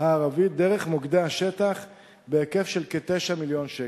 הערבית דרך מוקדי השטח בהיקף של כ-9 מיליון שקל.